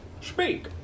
Speak